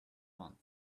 month